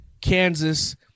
Kansas